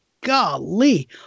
golly